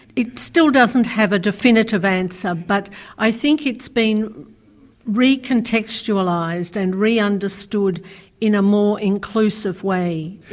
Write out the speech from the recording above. it still doesn't have a definitive answer but i think it's been re-contextualised and re-understood in a more inclusive way.